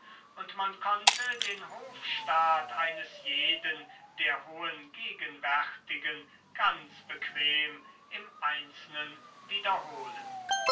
und man konnte den hofstaat eines jeden der hohen gegenwärtigen ganz bequem im einzelnen wiederholen